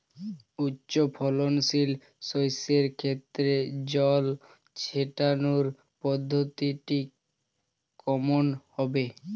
উচ্চফলনশীল শস্যের ক্ষেত্রে জল ছেটানোর পদ্ধতিটি কমন হবে?